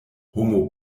homo